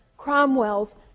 Cromwell's